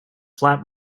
flat